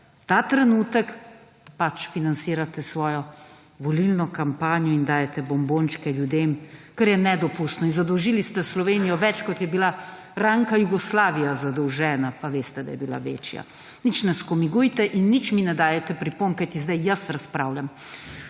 Ta trenutek pač financirate svojo volilno kampanjo in dajte bombončke ljudem, kar je nedopustno in zadolžili ste Slovenijo več kot je bila ranka Jugoslavija zadolžena pa veste, da je bila večja. Nič ne skomigujte in nič mi ne dajete pripomb, kajti sedaj jaz **45.